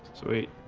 sweet